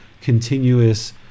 continuous